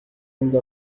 عند